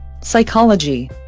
Psychology